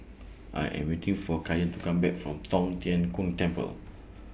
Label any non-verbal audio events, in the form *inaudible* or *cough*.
*noise* I Am waiting For Kyan to Come Back from Tong Tien Kung Temple